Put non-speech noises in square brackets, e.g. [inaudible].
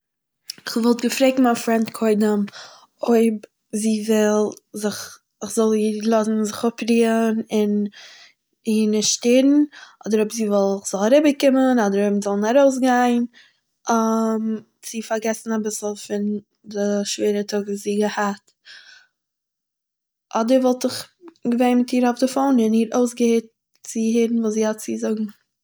איך וואלט געפרעגט מיין פרענד קודם אויב זי וויל זיך- איך זאל איר לאזן זיך אפרוהען און, איר נישט שטערן, אדער אויב זי וויל איך זאל אריבערקומען אדער מיר זאלן ארויסגיין, [hesitation] צו פארגעסן אביסל פון די שווערע טאג וואס זי האט געהאט, אדער וואלט איך געווען מיט איר אויף די פאון און איר אויסגעהערט צו הערן וואס זי האט צו זאגן